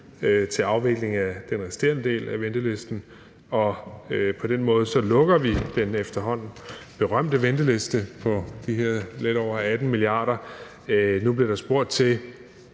til afvikling af den resterende del af ventelisten, og på den måde lukker vi den efterhånden berømte venteliste på de her lidt over 18 mia. kr. Der bliver spurgt til,